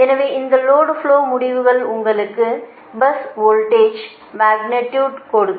எனவே இந்த load flow முடிவுகள் உங்களுக்கு பஸ் வோல்டேஜ் மக்னிடியுடு கொடுக்கும்